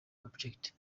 objects